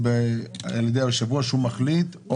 היושב-ראש מחליט?